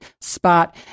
spot